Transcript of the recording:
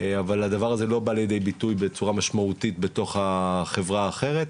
אבל הדבר הזה לא בא לידי ביטוי בצורה משמעותית בתוך החברה האחרת.